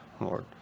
Lord